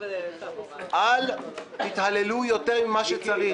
אל תתהללו יותר ממה שצריך.